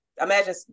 imagine